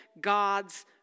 God's